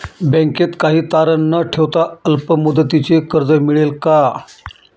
बँकेत काही तारण न ठेवता अल्प मुदतीचे कर्ज मिळेल का?